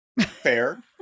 Fair